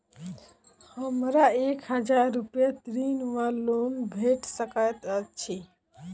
हमरा एक हजार रूपया ऋण वा लोन भेट सकैत अछि?